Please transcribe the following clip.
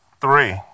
Three